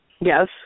Yes